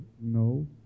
no